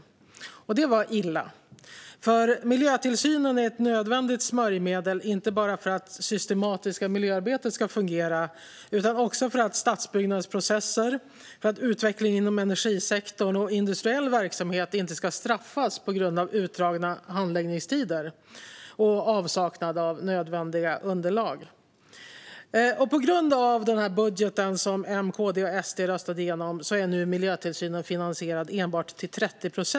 Det var illa, för miljötillsynen är ett nödvändigt smörjmedel inte bara för att det systematiska miljöarbetet ska fungera utan också för att stadsbyggnadsprocesser, utvecklingen inom energisektorn och industriell verksamhet inte ska straffas på grund av utdragna handläggningstider och avsaknad av nödvändiga underlag. På grund av den budget som M, KD och SD röstade igenom är nu miljötillsynen finansierad enbart till 30 procent.